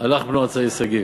הלך בנו הצעיר שגיב,